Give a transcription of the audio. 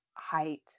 height